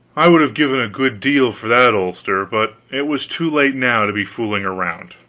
i would have given a good deal for that ulster, but it was too late now to be fooling around.